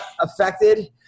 affected